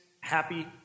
happy